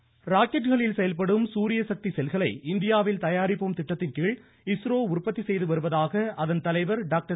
இஸ்ரோ சிவன் ராக்கெட்டுகளில் செயல்படும் சூரிய சக்தி செல்களை இந்தியாவில் தயாரிப்போம் திட்டத்தின்கீழ் இஸ்ரோ உற்பத்தி செய்துவருவதாக அதன் தலைவர் டாக்டர்